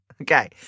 Okay